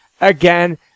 again